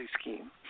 scheme